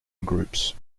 groups